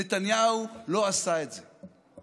נתניהו לא עשה את זה.